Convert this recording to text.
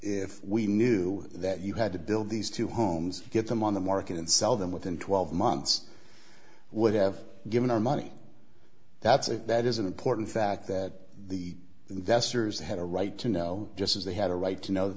if we knew that you had to build these two homes get them on the market and sell them within twelve months would have given our money that's it that is an important fact that the investors had a right to know just as they had a right to know